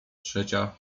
trzecia